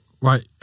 right